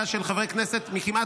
מתנגד